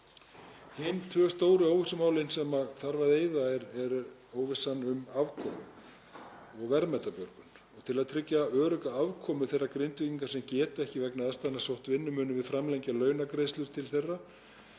Hin tvö stóru óvissumálin sem þarf að eyða er óvissan um afkomu og verðmætabjörgun. Til að tryggja örugga afkomu þeirra Grindvíkinga sem geta ekki vegna aðstæðna sótt vinnu munum við framlengja launagreiðslur til þeirra.